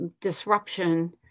disruption